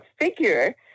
figure